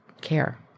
care